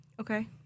Okay